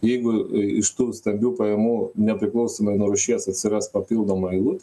jeigu i iš tų stambių pajamų nepriklausomai nuo rūšies atsiras papildoma eilut